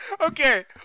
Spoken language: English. okay